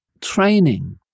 training